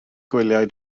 gwyliau